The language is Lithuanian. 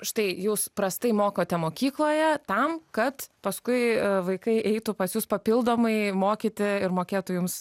štai jūs prastai mokote mokykloje tam kad paskui vaikai eitų pas jus papildomai mokyti ir mokėtų jums